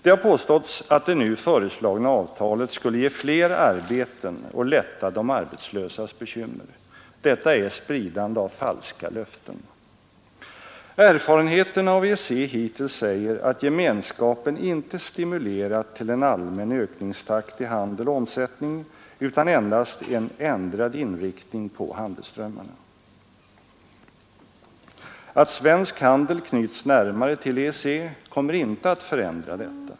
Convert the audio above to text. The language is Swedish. Det har påståtts att det nu föreslagna avtalet skulle ge flera arbeten och lätta de arbetslösas bekymmer. Detta är spridande av falska löften. Erfarenheterna av EEC hittills säger att gemenskapen inte stimulerat till en allmän ökningstakt i handel och omsättning utan endast till en ändrad inriktning på handelsströmmarna. Att svensk handel knyts närmare till EEC kommer inte att förändra detta.